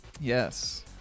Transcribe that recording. yes